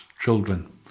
children